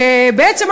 ובעצם,